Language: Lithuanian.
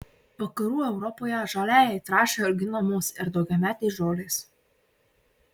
vakarų europoje žaliajai trąšai auginamos ir daugiametės žolės